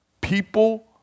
People